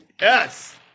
Yes